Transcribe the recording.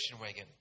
wagon